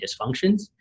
dysfunctions